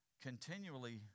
Continually